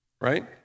right